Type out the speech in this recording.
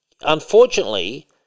Unfortunately